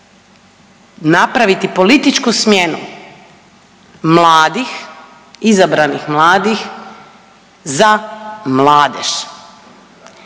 napraviti političku smjenu mladih, izabranih mladih za mladež.